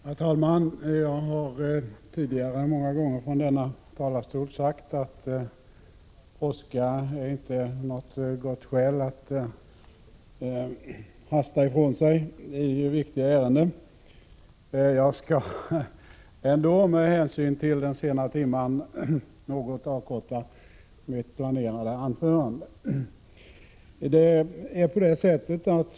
Herr talman! Jag har tidigare många gånger från denna talarstol sagt att brådska inte är något gott skäl att hasta ifrån sig viktiga ärenden. Jag skall ändå med hänsyn till den sena timmen något avkorta mitt planerade anförande.